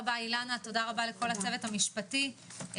הישיבה ננעלה בשעה 11:05.